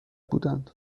بودند